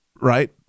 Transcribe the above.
right